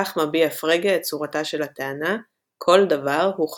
כך מביע פרגה את צורתה של הטענה "כל דבר הוא חכם"